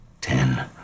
ten